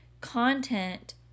content